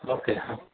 okay हां